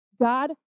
God